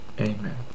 Amen